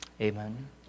Amen